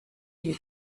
you